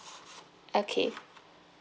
okay